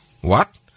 What